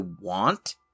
want